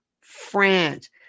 France